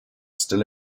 still